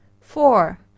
Four